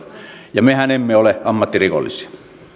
ja mehän emme ole ammattirikollisia